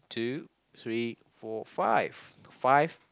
two three four five five